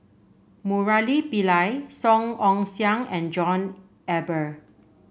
Murali Pillai Song Ong Siang and John Eber